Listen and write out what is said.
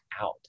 out